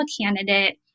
candidate